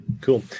Cool